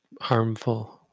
harmful